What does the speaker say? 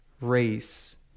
race